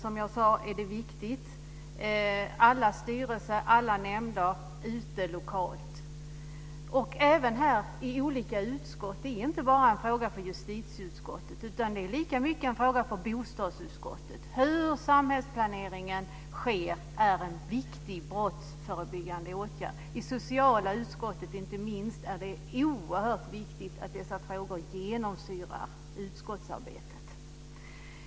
Det gäller alla styrelser och nämnder ute lokalt, och även här i olika utskott. Det är inte bara en fråga för justitieutskottet. Det är lika mycket en fråga för bostadsutskottet. Det är en viktig brottsförebyggande åtgärd hur samhällsplaneringen sker. Det är oerhört viktigt att dessa frågor genomsyrar utskottsarbetet i socialutskottet.